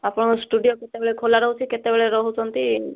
ଆପଣଙ୍କର ଷ୍ଟୁଡ଼ିଓ କେତେବେଳେ ଖୋଲା ରହୁଛି କେତେବେଳେ ରହୁଛନ୍ତି